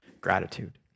gratitude